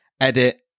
edit